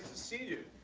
see you!